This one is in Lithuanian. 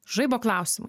žaibo klausimų